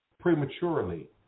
prematurely